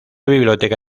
biblioteca